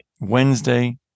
Wednesday